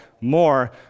more